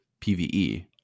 PvE